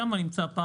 שם נמצא הפער.